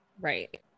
Right